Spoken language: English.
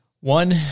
One